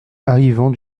arrivant